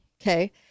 okay